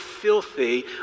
filthy